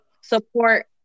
support